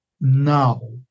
Now